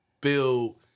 build